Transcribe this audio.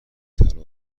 طلا